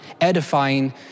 edifying